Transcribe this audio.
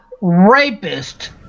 rapist